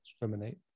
discriminate